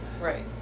right